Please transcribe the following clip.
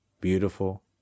beautiful